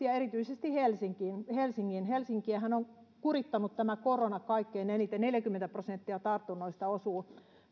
ja erityisesti helsingin helsinkiähän tämä korona on kurittanut kaikkein eniten neljäkymmentä prosenttia tartunnoista osuu